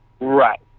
Right